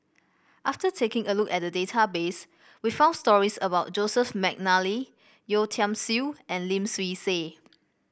after taking a look at the database we found stories about Joseph McNally Yeo Tiam Siew and Lim Swee Say